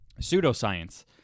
Pseudoscience